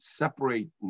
separate